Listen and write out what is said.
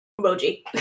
Emoji